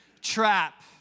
trap